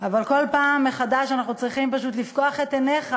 כל פעם מחדש אנחנו צריכים לפקוח את עיניך